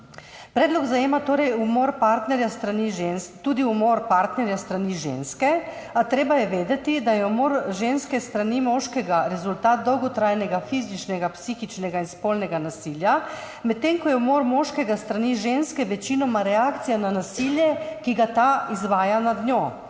Predlog zajema torej tudi umor partnerja s strani ženske, a treba je vedeti, da je umor ženske s strani moškega rezultat dolgotrajnega fizičnega, psihičnega in spolnega nasilja, medtem ko je umor moškega s strani ženske večinoma reakcija na nasilje, ki ga ta izvaja nad njo.